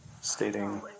stating